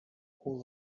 all